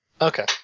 Okay